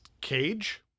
cage